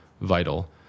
vital